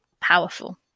powerful